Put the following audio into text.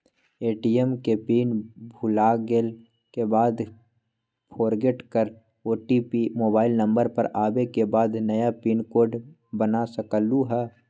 ATM के pin भुलागेल के बाद फोरगेट कर ओ.टी.पी मोबाइल नंबर पर आवे के बाद नया पिन कोड बना सकलहु ह?